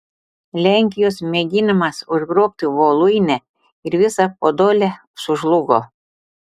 lenkijos mėginimas užgrobti voluinę ir visą podolę sužlugo